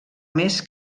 més